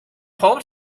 hoped